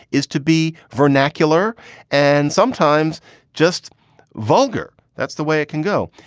is to be vernacular and sometimes just vulgar. that's the way it can go.